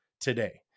today